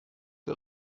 der